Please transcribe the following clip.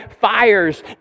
fires